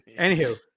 anywho